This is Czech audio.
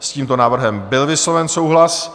S tímto návrhem byl vysloven souhlas.